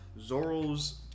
Zoro's